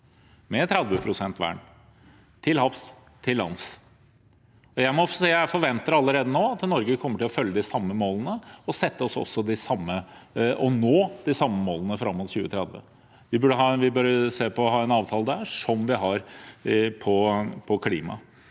om 30 pst. vern til havs og til lands. Jeg forventer allerede nå at Norge kommer til å følge de samme målene og nå de samme målene fram mot 2030. Vi bør ha en avtale der som den vi har på klima.